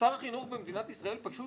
ששר החינוך במדינת ישראל פשוט